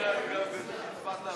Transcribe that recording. לוי אבקסיס